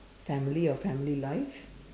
family or family life